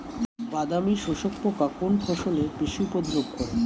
বাদামি শোষক পোকা কোন ফসলে বেশি উপদ্রব করে?